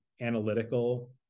analytical